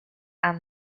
and